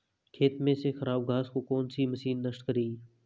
खेत में से खराब घास को कौन सी मशीन नष्ट करेगी?